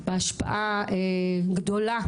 בהשפעה גדולה,